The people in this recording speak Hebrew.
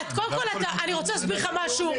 קודם כל אני רוצה להסביר לך משהו,